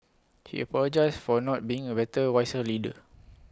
he apologised for not being A better wiser leader